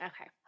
okay